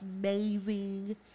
amazing